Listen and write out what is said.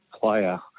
player